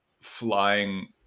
flying